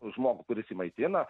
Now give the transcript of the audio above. žmogų kuris jį maitina